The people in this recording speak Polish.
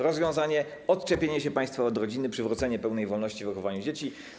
Rozwiązanie: odczepienie się państwa od rodziny, przywrócenie pełnej wolności w wychowywaniu dzieci.